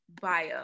bio